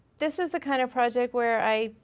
this is the kind of project where i,